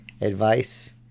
advice